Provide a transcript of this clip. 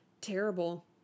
terrible